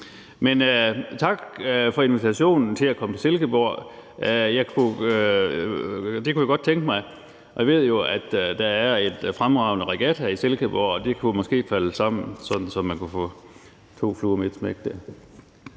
Men tak for invitationen til at komme til Silkeborg. Det kunne jeg godt tænke mig. Og jeg ved jo, at der er en fremragende regatta i Silkeborg, og det kunne måske falde sammen, sådan at man kunne få slået to fluer med et smæk dér.